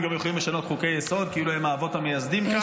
הם גם יכולים לשנות חוקי-יסוד כאילו הם האבות המייסדים כאן.